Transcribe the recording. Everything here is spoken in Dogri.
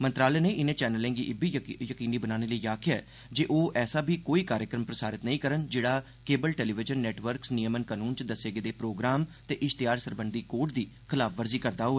मंत्रालय नै इनें चैनलें गी इब्बी यकीनी बनाने लेई आखेआ ऐ ओह ऐसा बी कोई कार्यक्रम प्रसारित नेईं करन जेहड़ा केबल टेलीविजन नेटवकर्स नियमन कानून च दस्से गेदे प्रोग्राम ते इष्तेहार सरबंधी कोड दी खलाफवर्जी करदे होन